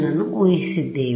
ನನ್ನು ಊಹಿಸಿದ್ದೇವೆ